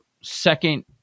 second